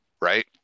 Right